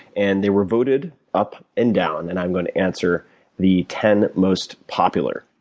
and they were voted up and down, and i'm going to answer the ten most popular.